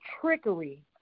trickery